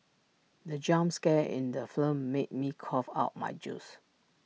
the jump scare in the film made me cough out my juice